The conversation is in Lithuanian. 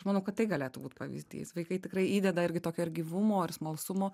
aš manau kad tai galėtų būt pavyzdys vaikai tikrai įdeda irgi tokio ir gyvumo ir smalsumo